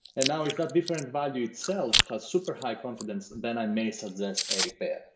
and now, if that different value itself has super high confidence, then i may suggest a repair.